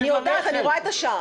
אני יודעת, אני רואה את השעה.